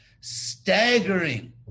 staggering